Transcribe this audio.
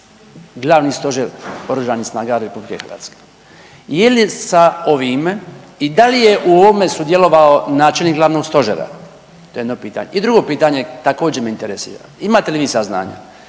Glavni stožer Oružanih snaga RH? Je li sa ovime i da li je u ovome sudjelovao načelnik glavnog stožera? To je jedno pitanje. I drugo pitanje, također me interesira. Imate li vi saznanja